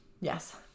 Yes